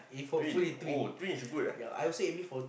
twin oh twin is good eh